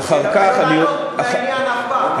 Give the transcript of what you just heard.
אחר כך אני, וגם לא לענות לעניין אף פעם.